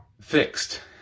fixed